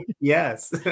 yes